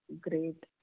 great